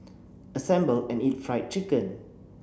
assemble and eat Fried Chicken